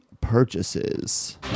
purchases